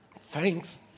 thanks